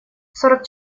сорок